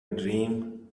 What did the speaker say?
dream